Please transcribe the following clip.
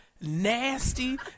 nasty